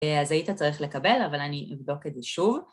אז היית צריך לקבל, אבל אני אבדוק את זה שוב.